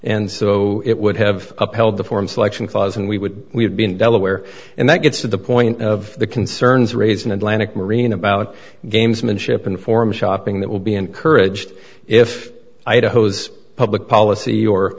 and so it would have upheld the form selection clause and we would have been delaware and that gets to the point of the concerns raised in atlantic marine about gamesmanship and form shopping that will be encouraged if idaho's public policy or